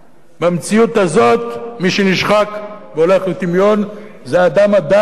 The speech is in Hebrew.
במציאות הזאת מי שנשחק והולך לטמיון זה האדם הדל,